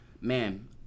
Man